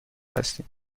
هستیم